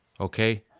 okay